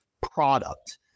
product